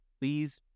please